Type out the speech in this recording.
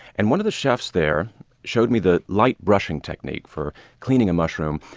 and one of the chefs there showed me the light brushing technique for cleaning a mushroom.